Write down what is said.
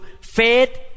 faith